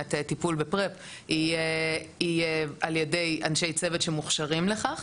באמת טיפול ב- PRAP ואנשי צוות שמוכשרים לכך,